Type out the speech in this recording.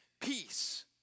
peace